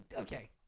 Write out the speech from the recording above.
okay